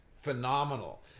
phenomenal